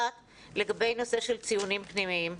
לגבי הנושא של ציונים פנימיים,